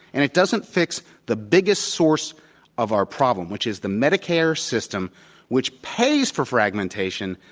and it doesn't fix the biggest source of our problem, which is the medicare system which pays for fragmentation,